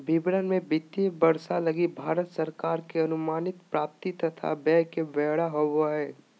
विवरण मे वित्तीय वर्ष लगी भारत सरकार के अनुमानित प्राप्ति तथा व्यय के ब्यौरा होवो हय